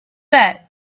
that